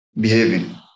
behaving